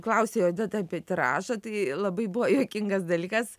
klausei odeta apie tiražą tai labai buvo juokingas dalykas